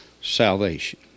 salvation